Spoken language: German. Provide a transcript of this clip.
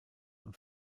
und